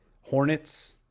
Hornets